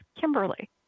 kimberly